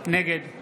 נגד משה סעדה, נגד